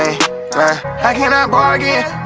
i can not bargain